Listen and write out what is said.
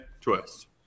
twist